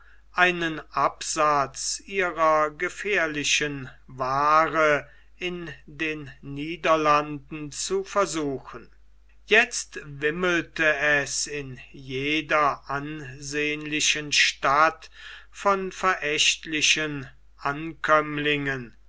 einen absatz ihrer gefährlichen waare in den niederlanden zu versuchen jetzt wimmelte es in jeder ansehnlichen stadt von verdächtigen ankömmlingen